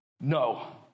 no